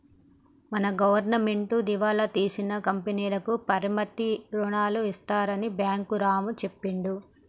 మన గవర్నమెంటు దివాలా తీసిన కంపెనీలకు పరపతి రుణాలు ఇస్తారని బ్యాంకులు రాము చెప్పిండు